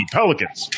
Pelicans